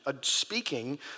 speaking